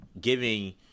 giving